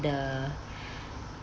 the